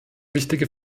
wichtige